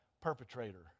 perpetrator